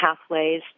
pathways